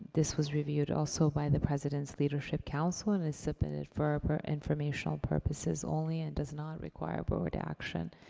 this was reviewed also by the president's leadership council. it is submitted for informational purposes only and does not require board action.